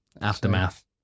Aftermath